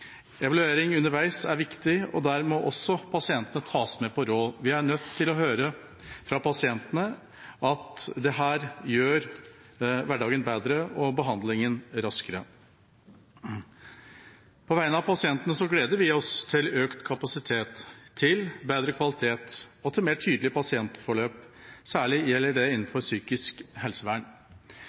Evaluering underveis er viktig, og der må også pasientene tas med på råd. Vi er nødt til å høre fra pasientene at dette gjør hverdagen bedre og behandlingen raskere. På vegne av pasientene gleder vi oss til økt kapasitet, til bedre kvalitet og til mer tydelig pasientforløp. Særlig gjelder det innenfor psykisk helsevern.